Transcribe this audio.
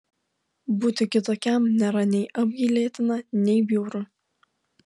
būti kitokiam nėra nei apgailėtina nei bjauru